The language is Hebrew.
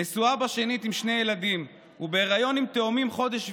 נשואה שנית עם שני ילדים ובהיריון עם תאומים בחודש שביעי.